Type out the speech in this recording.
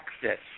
access